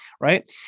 Right